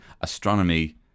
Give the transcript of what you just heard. astronomy